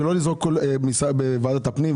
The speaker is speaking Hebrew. ולא לזרוק בוועדת הפנים,